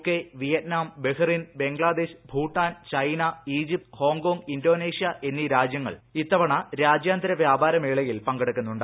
K Vietnam Bahrain Bangladesh Bhutan China Egypt Hong Kong Indonesia എന്നീ രാജ്യങ്ങൾ ഇത്തവണ രാജ്യാന്തര വ്യാപാര മേളയിൽ പള്ക്കെട്ടുക്കുന്നുണ്ട്